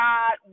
God